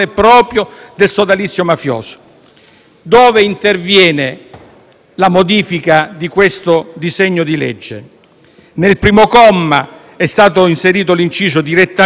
Dove interviene la modifica di questo disegno di legge? Nel primo comma dell'articolo 416-*ter* è stato inserito l'inciso «direttamente o a mezzo di intermediari»: